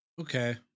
Okay